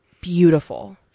Beautiful